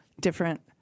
different